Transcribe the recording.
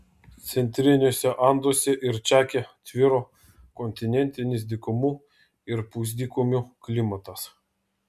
centriniuose anduose ir čake tvyro kontinentinis dykumų ir pusdykumių klimatas